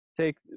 take